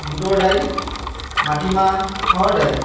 বুটৰ দাইল মাটিমাহ হাঁহৰ দাইল